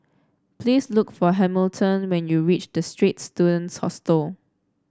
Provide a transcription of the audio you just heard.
please look for Hamilton when you reach The Straits Students Hostel